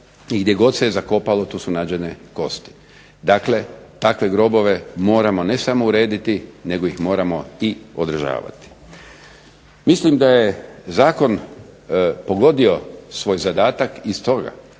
gdje god se je zakopalo tu su nađene kosti. Dakle, takve grobove moramo ne samo urediti nego ih moramo i održavati. Mislim da je zakon pogodio svoj zadatak i stoga